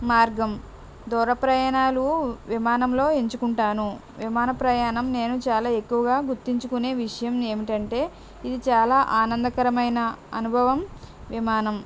మార్గం దూర ప్రయాణాలు విమానంలో ఎంచుకుంటాను విమాన ప్రయాణం నేను చాలా ఎక్కువగా గుర్తించుకునే విషయం ఏమిటంటే ఇది చాలా ఆనందకరమైన అనుభవం విమానం